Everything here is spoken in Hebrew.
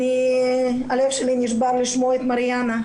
הלב שלי נשבר לשמוע את מריאנה,